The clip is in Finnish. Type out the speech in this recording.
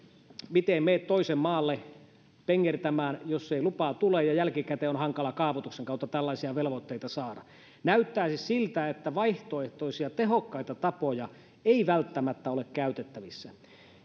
miten menet toisen maalle pengertämään jos ei lupaa tule ja jälkikäteen on hankala kaavoituksen kautta tällaisia velvoitteita saada näyttäisi siltä että vaihtoehtoisia tehokkaita tapoja ei välttämättä ole käytettävissä